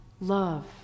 Love